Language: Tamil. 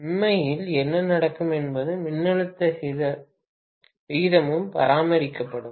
உண்மையில் என்ன நடக்கும் என்பது மின்னழுத்த விகிதமும் பராமரிக்கப்படும்